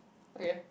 okay